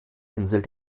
insel